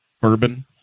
bourbon